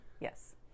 Yes